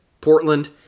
Portland